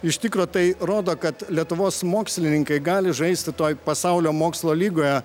iš tikro tai rodo kad lietuvos mokslininkai gali žaisti toj pasaulio mokslo lygoje